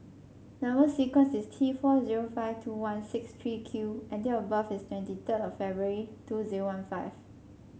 number sequence is T four zero five two one six three Q and date of birth is twenty third of February two zero one five